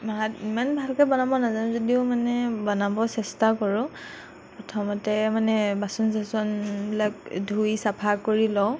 ভাত ইমান ভালকৈ বনাব নাজানোঁ যদিও মানে বনাব চেষ্টা কৰোঁ প্ৰথমতে মানে বাচন চাচনবিলাক ধুই চাফা কৰি লওঁ